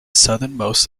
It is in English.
southernmost